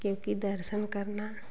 क्योंकि दर्शन करना